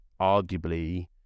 arguably